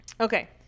Okay